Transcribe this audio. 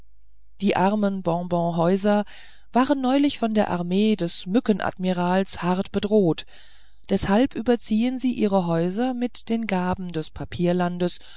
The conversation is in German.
die armen bonbonshäuser wurden neulich von der armee des mückenadmirals hart bedroht deshalb überziehen sie ihre häuser mit den gaben des